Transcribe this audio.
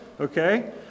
okay